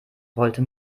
rollte